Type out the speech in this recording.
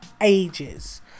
ages